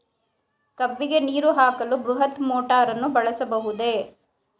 ಕಬ್ಬಿಗೆ ನೀರು ಹಾಕಲು ಬೃಹತ್ ಮೋಟಾರನ್ನು ಬಳಸಬಹುದೇ?